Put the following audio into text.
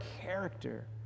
character